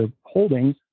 holdings